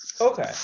Okay